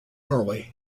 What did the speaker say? norway